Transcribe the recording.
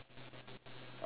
okay